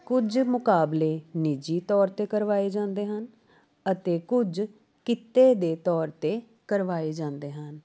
ਕੁਝ ਮੁਕਾਬਲੇ ਨਿੱਜੀ ਤੌਰ 'ਤੇ ਕਰਵਾਏ ਜਾਂਦੇ ਹਨ ਅਤੇ ਕੁਝ ਕਿੱਤੇ ਦੇ ਤੌਰ 'ਤੇ ਕਰਵਾਏ ਜਾਂਦੇ ਹਨ